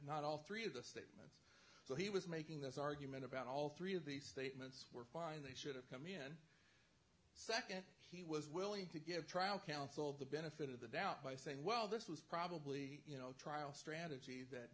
not all three of the statement so he was making this argument about all three of the statements were fine they should have nd he was willing to give trial counsel the benefit of the doubt by saying well this was probably you know trial strategy that